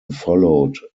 followed